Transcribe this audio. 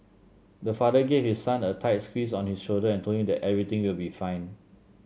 the father gave his son a tight squeeze on his shoulder and told him that everything will be fine